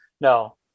no